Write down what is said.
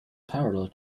parallel